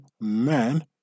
man